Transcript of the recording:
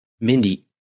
Mindy